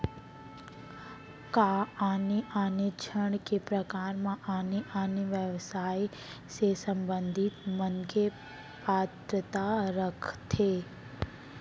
का आने आने ऋण के प्रकार म आने आने व्यवसाय से संबंधित मनखे पात्रता रखथे?